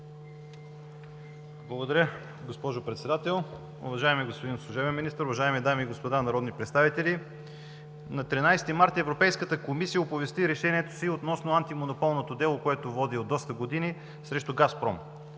Благодаря, госпожо Председател. Уважаеми господин служебен Министър, уважаеми дами и господа народни представители! На 13 март Европейската комисия оповести решението си относно антимонополното дело, което води от доста години срещу „Газпром“.